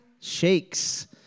shakes